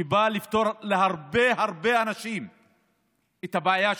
שבא לפתור להרבה הרבה אנשים את הבעיה שלהם.